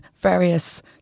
various